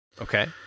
Okay